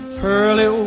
pearly